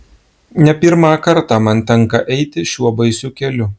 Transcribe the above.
ne pirmą kartą man tenka eiti šiuo baisiu keliu